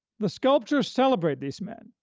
the sculptures celebrate these men,